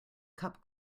cup